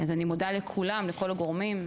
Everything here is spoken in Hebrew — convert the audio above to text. אז אני מודה לכולם, לכל הגורמים,